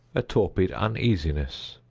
a torpid uneasiness.